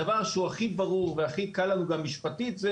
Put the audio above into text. הדבר שהכי ברור והכי קל לנו משפטית זה